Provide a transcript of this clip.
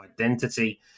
identity